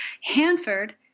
Hanford